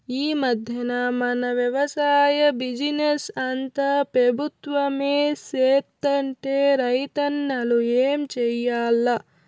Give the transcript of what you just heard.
ఈ మధ్దెన మన వెవసాయ బిజినెస్ అంతా పెబుత్వమే సేత్తంటే రైతన్నలు ఏం చేయాల్ల